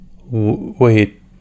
wait